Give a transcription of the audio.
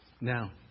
Now